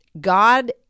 God